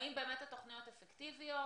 האם באמת התוכניות אפקטיביות,